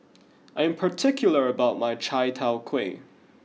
I am particular about my Chai Tow Kuay